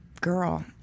girl